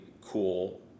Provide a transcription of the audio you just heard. cool